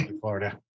Florida